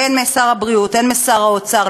הן משר הבריאות והן משר האוצר,